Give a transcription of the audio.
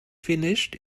finished